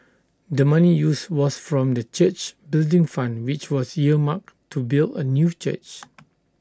the money used was from the church's Building Fund which was earmarked to build A new church